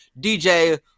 DJ